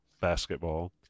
basketball